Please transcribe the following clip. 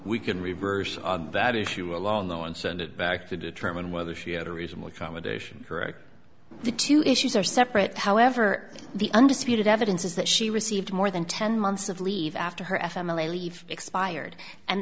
we can reverse that issue alone though and send it back to determine whether she had a reasonable accommodation correct the two issues are separate however the undisputed evidence is that she received more than ten months of leave after her a family leave expired and